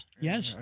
Yes